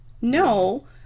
No